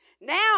Now